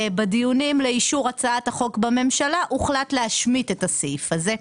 בדיונים לאישור החוק בממשלה הוחלט להשמיט את הסעיף הזה.